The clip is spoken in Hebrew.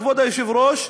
כבוד היושב-ראש,